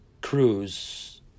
Cruise